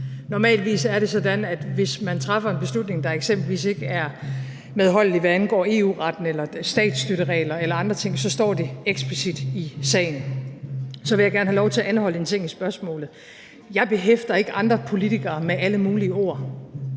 Normalvis er det sådan, at hvis man træffer en beslutning, der eksempelvis ikke er medholdelig, hvad angår EU-retten eller statsstøtteregler eller andre ting, så står det eksplicit i sagen. Så vil jeg gerne have lov til at anholde en ting i spørgsmålet: Jeg behæfter ikke andre politikere med alle mulige ord,